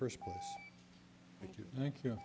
first thank you